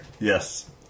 Yes